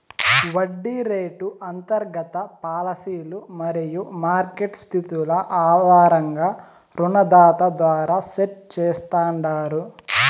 వడ్డీ రేటు అంతర్గత పాలసీలు మరియు మార్కెట్ స్థితుల ఆధారంగా రుణదాత ద్వారా సెట్ చేస్తాండారు